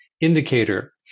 indicator